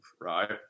right